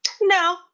No